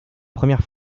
première